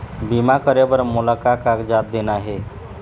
बीमा करे बर मोला का कागजात देना हे?